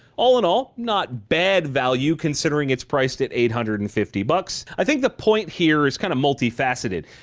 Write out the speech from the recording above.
all in all not a bad value considering it's priced at eight hundred and fifty bucks. i think the point here is kind of multi faceted.